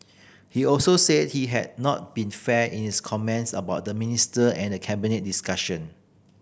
he also said he had not been fair in his comments about the minister and Cabinet discussion